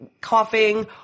coughing